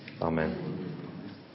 Amen